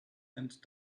and